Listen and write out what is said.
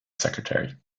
secretary